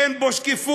אין בו שקיפות,